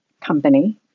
company